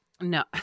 No